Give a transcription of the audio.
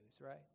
right